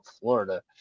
Florida